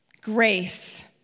Grace